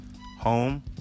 Home